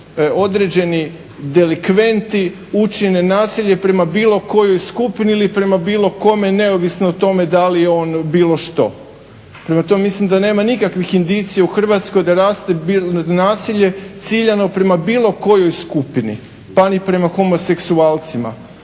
određeni delikventi učine nasilje prema bilo kojoj skupini ili prema bilo kome neovisno o tome da li je on bilo što. Prema tome, mislim da nema nikakvih indicija u Hrvatskoj da raste nasilje ciljano prema bilo kojoj skupini, pa ni prema homoseksualcima.